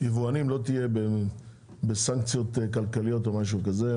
היבואנים לא תהיה בסנקציות כלכליות או משהו כזה,